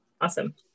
Awesome